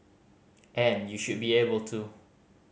and you should be able to